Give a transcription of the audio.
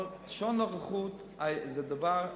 אבל שעון נוכחות זה דבר,